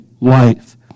life